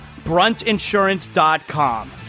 Bruntinsurance.com